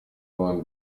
abaganga